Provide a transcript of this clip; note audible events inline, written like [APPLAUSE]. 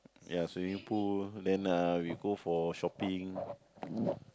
ya swimming pool then uh we go for shopping [NOISE]